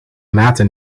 maten